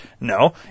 No